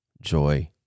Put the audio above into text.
joy